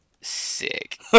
Sick